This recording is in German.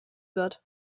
wird